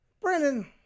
Brennan